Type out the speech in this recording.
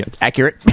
Accurate